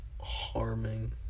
Harming